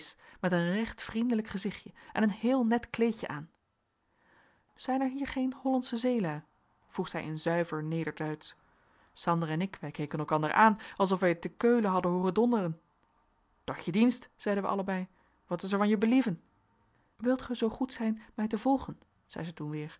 met een recht vriendelijk gezichtje en een heel net kleedje aan zijn er hier geen hollandsche zeelui vroeg zij in zuiver nederduitsch sander en ik wij keken elkander aan alsof wij het te keulen hadden hooren donderen tot je dienst zeiden wij allebei wat is er van je believen wilt ge zoo goed zijn mij te volgen zei zij toen weer